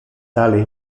tale